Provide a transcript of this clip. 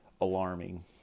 alarming